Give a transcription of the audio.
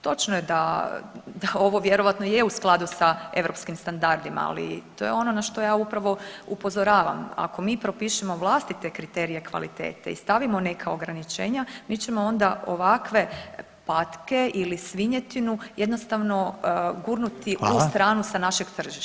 Točno je da, da ovo vjerojatno je u skladu sa europskim standardima, ali to je ono na što ja upravo upozoravam, ako mi propišemo vlastite kriterije kvalitete i stavimo neka ograničenja mi ćemo onda ovakve patke ili svinjetinu jednostavno gurnuti u stranu sa našeg tržišta.